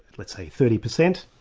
let's say thirty percent.